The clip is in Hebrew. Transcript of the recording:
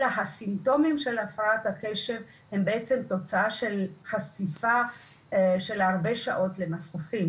אלא הסימפטומים של הפרעת הקשב הם בעצם תופעה של חשיפה של הרבה שעות למסכים